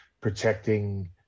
protecting